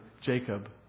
Jacob